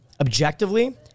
objectively